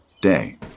Day